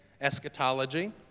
eschatology